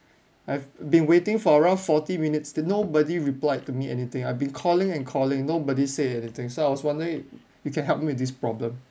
I've been waiting for around forty minutes and nobody replied to me anything I've been calling and calling nobody say anything so I was wondering you can help me with this problem